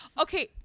Okay